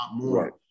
Right